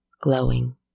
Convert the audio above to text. glowing